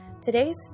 Today's